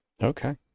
Okay